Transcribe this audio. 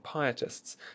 pietists